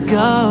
go